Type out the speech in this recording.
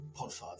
podfather